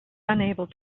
unable